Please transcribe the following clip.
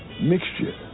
mixture